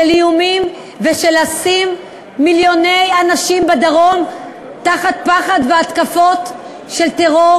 של איומים ושל לשים מיליוני אנשים בדרום תחת פחד והתקפות של טרור.